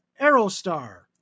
Aerostar